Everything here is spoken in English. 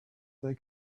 they